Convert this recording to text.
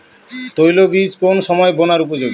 তৈল বীজ কোন সময় বোনার উপযোগী?